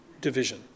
division